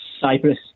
Cyprus